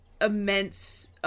immense